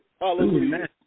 Hallelujah